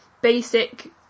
basic